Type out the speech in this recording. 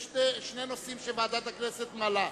יש שני נושאים שוועדת הכנסת מעלה.